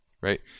right